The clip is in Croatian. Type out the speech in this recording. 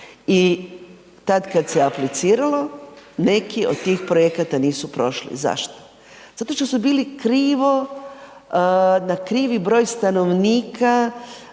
I tada kada se apliciralo, neki od tih projekata nisu prošli. Zašto? Zato što su bili krivo, na krivi broj stanovnika